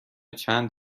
چند